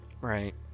Right